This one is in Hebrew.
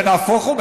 ונהפוך הוא,